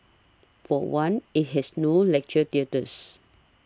for one it has no lecture theatres